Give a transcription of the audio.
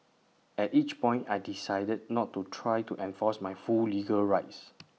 at each point I decided not to try to enforce my full legal rights